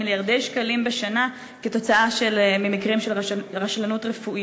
מיליארדי שקלים בשנה כתוצאה ממקרים של רשלנות רפואית.